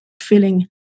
feeling